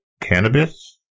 cannabis